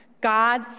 God